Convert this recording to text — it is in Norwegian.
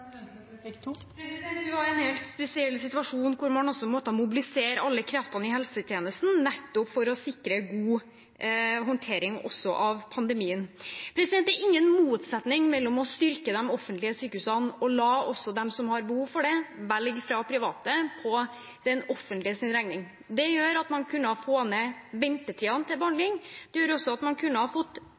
en helt spesiell situasjon hvor man måtte mobilisere alle kreftene i helsetjenesten nettopp for å sikre god håndtering også av pandemien. Det er ingen motsetning mellom å styrke de offentlige sykehusene og også la dem som har behov for det, velge private på det offentliges regning. Det gjør at man kan få ned ventetidene til behandling. Det gjør også at man